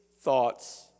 thoughts